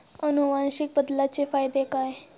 अनुवांशिक बदलाचे फायदे काय आहेत?